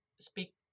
speak